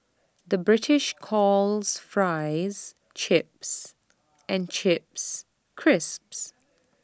the British calls Fries Chips and Chips Crisps